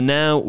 now